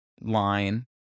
line